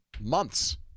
months